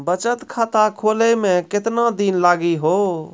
बचत खाता खोले मे केतना दिन लागि हो?